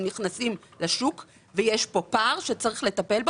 נכנסים לשוק ויש כאן פער שצריך לטפל בו,